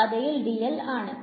ഈ പാതയിൽ dl ആണ്